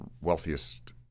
wealthiest